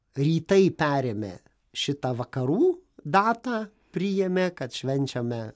rytai perėmė šitą vakarų datą priėmė kad švenčiame